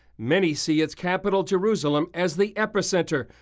many see its capital, jerusalem, as the epicenter,